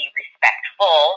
respectful